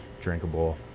drinkable